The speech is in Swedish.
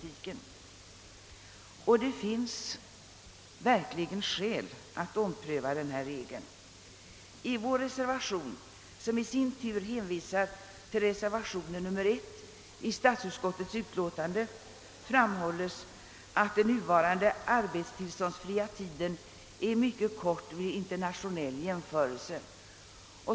I vår till andra lagutskottets utlåtande fogade reservation, som i sin tur hänvisar till reservationen 1 i statsutskottets utlåtande, framhålles att den nuvarande arbetstillståndsfria tiden för montagearbetare är mycket kort vid internationell jämförelse.